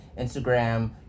Instagram